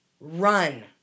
run